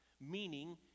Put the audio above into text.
meaning